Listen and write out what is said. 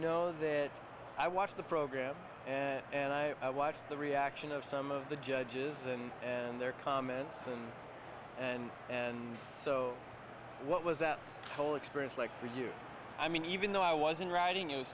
know that i watched the program and i watched the reaction of some of the judges and and their comment and and so what was that whole experience like for you i mean even though i was in writing i